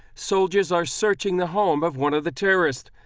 soldiers are searching the home of one of the terrorists.